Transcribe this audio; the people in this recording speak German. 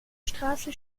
straße